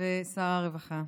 ושר הרווחה,